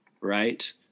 Right